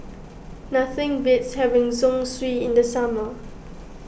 nothing beats having Zosui in the summer